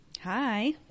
Hi